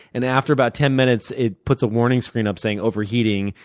and after about ten minutes, it puts a warning screen up saying overheating,